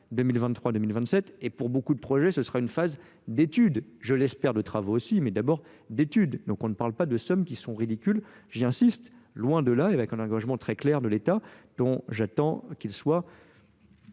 vingt sept et pour beaucoup de projets ce sera une phase d'études je l'espère de travaux aussi mais d'abord d'études donc on ne parle pas de sommes qui sont ridicules j'insiste loin de là avec un engagement très clair de l'état donc j'attends qu'il soit